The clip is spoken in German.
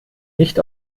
nicht